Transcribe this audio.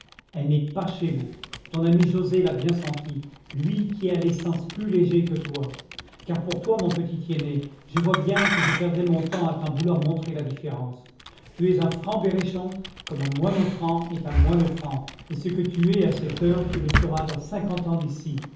elle n'est pas chez vous ton ami joset l'a bien senti lui qui a les sens plus légers que toi car pour toi mon petit tiennet je vois bien que je perdrais mon temps à t'en vouloir montrer la différence tu es un franc berrichon comme un moineau franc est un moineau franc et ce que tu es à cette heure tu le seras dans cinquante ans d'ici